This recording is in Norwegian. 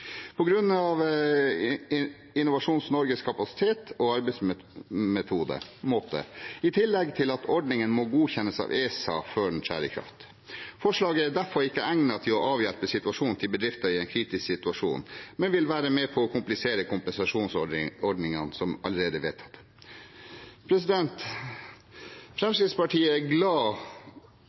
Norges kapasitet og arbeidsmåte, i tillegg til at en ordning må godkjennes av ESA før den trer i kraft. Forslaget er derfor ikke egnet til å avhjelpe situasjonen til bedrifter i en kritisk situasjon, men vil være med på å komplisere kompensasjonsordningene som allerede er vedtatt. Fremskrittspartiet er glad